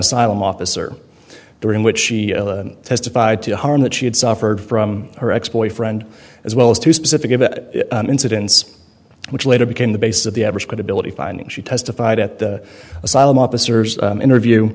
asylum officer during which she testified to the harm that she had suffered from her ex boyfriend as well as to specific about incidents which later became the basis of the average credibility finding she testified at the asylum officers interview